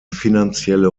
finanzielle